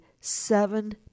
seven